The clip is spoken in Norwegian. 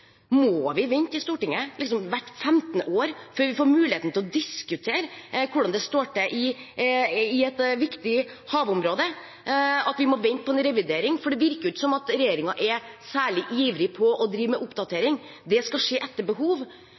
Må vi vente i Stortinget til hvert 15. år før vi får muligheten til å diskutere hvordan det står til i et viktig havområde, før vi får en revidering? For det virker ikke som om regjeringen er særlig ivrig på å drive med oppdatering. Det skal skje etter behov,